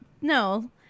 No